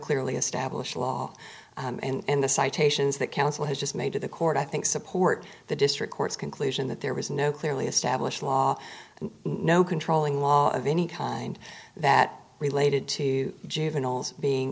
clearly established law and the citations that counsel has just made to the court i think support the district court's conclusion that there was no clearly established law no controlling law of any kind that related to juveniles being